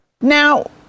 Now